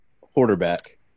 Quarterback